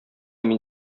мин